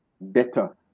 better